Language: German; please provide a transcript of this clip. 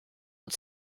und